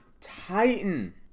Titan